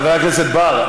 אבל חבר הכנסת בר,